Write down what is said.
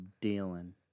dealing